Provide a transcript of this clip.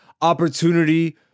opportunity